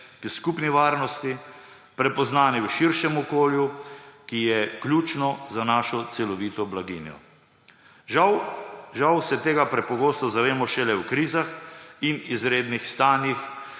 skupni varnosti, prepoznani v širšem okolju, ki je ključno za našo celovito blaginjo. Žal se tega prepogosto zavemo šele v krizah in izrednih stanjih,